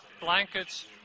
blankets